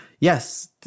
Yes